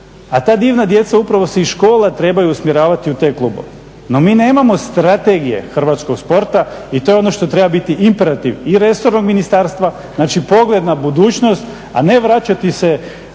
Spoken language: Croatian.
a ta divna djeca se upravo iz škola trebaju usmjeravati u te klubove. No mi nemamo strategije hrvatskog sporta i to je ono što treba biti imperativ i resornog ministarstva, znači pogled na budućnost, a ne vraćati se